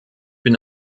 bin